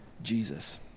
Jesus